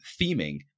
theming